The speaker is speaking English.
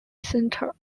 centre